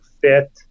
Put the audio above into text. fit